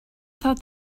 thought